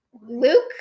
Luke